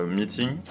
meeting